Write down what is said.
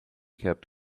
kept